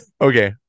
Okay